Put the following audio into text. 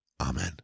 Amen